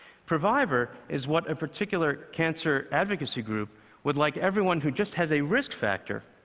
pre-vivor is what a particular cancer advocacy group would like everyone who just has a risk factor,